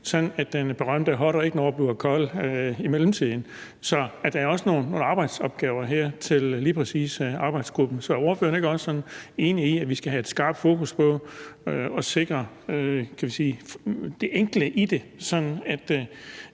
så den berømte hotter ikke når at blive kold i mellemtiden. Så der er også nogle arbejdsopgaver her til lige præcis arbejdsgruppen. Så er ordføreren ikke også enig i, at vi skal have et skarpt fokus på at sikre, kan man sige, det